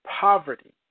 poverty